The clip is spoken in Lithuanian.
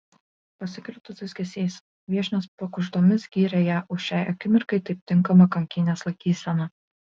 pasigirdo dūzgesys viešnios pakuždomis gyrė ją už šiai akimirkai taip tinkamą kankinės laikyseną